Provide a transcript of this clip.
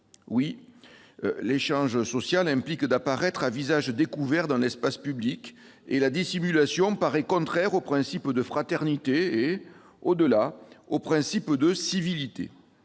Oui, l'échange social implique d'apparaître à visage découvert dans l'espace public, quand la dissimulation paraît contraire au principe de fraternité et, au-delà, au principe de civilité.